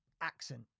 accent